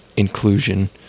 inclusion